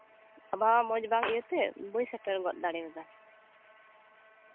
ᱟᱵᱚᱦᱟᱣᱟ ᱢᱚᱡᱽ ᱵᱟᱝ ᱤᱭᱟᱹᱛᱮ ᱵᱟᱹᱧ ᱥᱮᱴᱮᱨ ᱜᱚᱫ ᱫᱟᱲᱮᱭᱟᱫᱟ